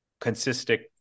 consistent